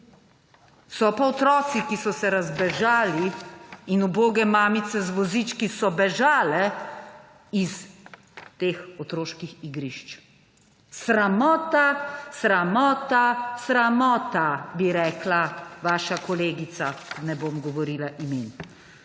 So pa otroci, ki so se razbežali in uboge mamice z vozički so bežale s teh otroških igrišč. »Sramota, sramota, sramota,« bi rekla vaša kolegica, ne bom govorila imen.